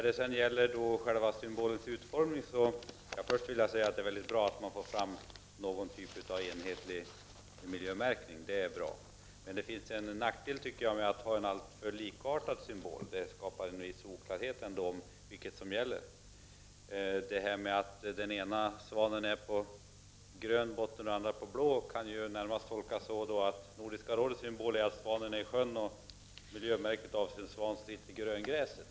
Det är bra att man får något slags enhetlig miljömärkning, men det är en nackdel med alltför likartade symboler, eftersom det skapar oklarhet om vad som gäller. Att en svan är på grön botten och en på blå kan närmast tolkas som att Nordiska rådets svan befinner sig i sjön, medan miljömärket gäller en svan som sitter i gröngräset.